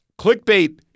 clickbait